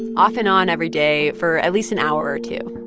and off and on every day for at least an hour or two,